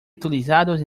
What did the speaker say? utilizados